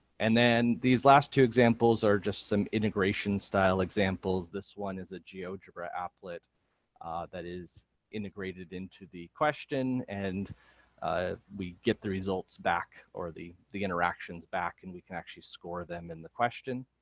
and then these last two examples are just some integration style examples, this one is a geogebra applet that is integrated into the question and we get the results back or the the interactions back and we can actually score them in the question.